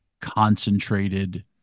concentrated